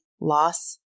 loss